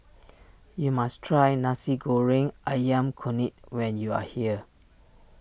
you must try Nasi Goreng Ayam Kunyit when you are here